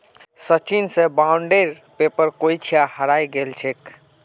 सचिन स बॉन्डेर पेपर कोई छा हरई गेल छेक